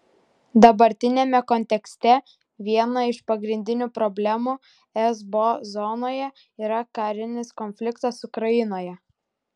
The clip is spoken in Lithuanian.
dabartiniame kontekste viena iš pagrindinių problemų esbo zonoje yra karinis konfliktas ukrainoje